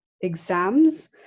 exams